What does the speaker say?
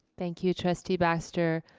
thank you trustee baxter,